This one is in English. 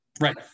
Right